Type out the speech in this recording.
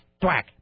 thwack